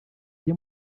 ajye